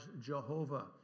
Jehovah